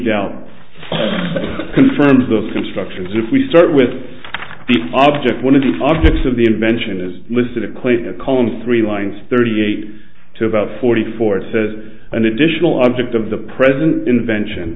doubt confirms those constructions if we start with the object one of the objects of the invention is listed a clay to columns three lines thirty eight to about forty four says an additional object of the present invention